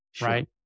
Right